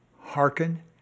hearken